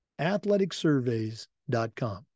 Athleticsurveys.com